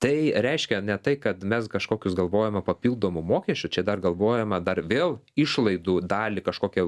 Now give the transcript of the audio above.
tai reiškia ne tai kad mes kažkokius galvojame papildomų mokesčių čia dar galvojama dar vėl išlaidų dalį kažkokią jau